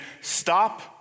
stop